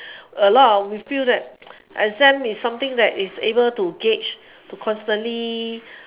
a lot of we feel that exam is something that is able to gauge to constantly